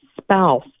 spouse